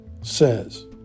says